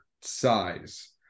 size